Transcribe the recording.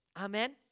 Amen